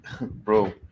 bro